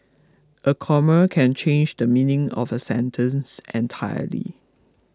a comma can change the meaning of a sentence entirely